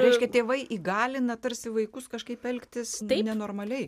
reiškia tėvai įgalina tarsi vaikus kažkaip elgtis nenormaliai